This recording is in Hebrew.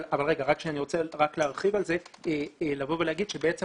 אבל אני רוצה להרחיב על זה ולומר שבעצם